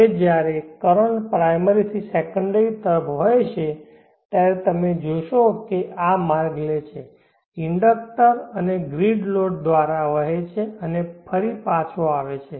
હવે જ્યારે current primary થી સેકન્ડરી તરફ વહેશે ત્યારે તમે જોશો કે તે આ માર્ગ લે છે ઇન્ડક્ટર અને ગ્રીડ લોડ દ્વારા વહે છે અને પછી ફરી પાછો આવે છે